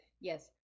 Yes